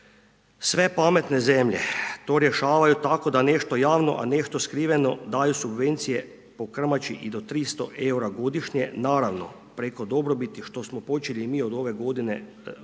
Sve pametne zemlje to rješavaju tako da nešto javno, a nešto skriveno daju subvencije po krmači i do 300 eura godišnje, naravno preko dobrobiti što smo počeli i mi od ove godine,